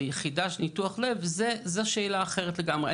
זה לא שבועיים,